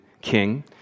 king